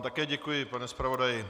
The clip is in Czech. Také vám děkuji, pane zpravodaji.